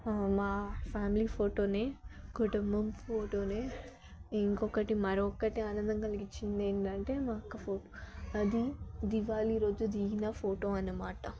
మా family photo కుటుంబం photo ఇంకొకటి మరొకటి ఆనందం కలిగించింది ఏంటంటే మా అక్క ఫో అది దివాళీ రోజు దిగిన ఫోటో అన్నమాట